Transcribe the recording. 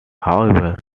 however